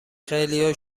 خیلیا